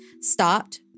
stopped